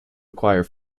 acquire